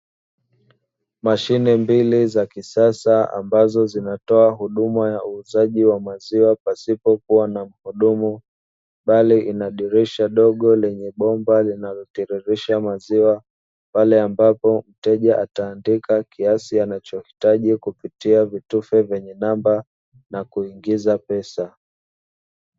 Mashine mbili za kisasa ambazo zinatoa huduma ya uuzaji wa maziwa pasipokua na mhudumu, bali ina dirisha dogo lenye bomba linalotiririsha maziwa pale ambapo mteja ataandika kiasi anachohitaji kupitia vitufe vyenye namba na kuingiza pesa.